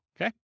Okay